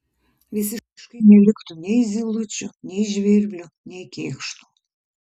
visiškai neliktų nei zylučių nei žvirblių nei kėkštų